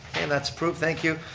and that's approved, thank you.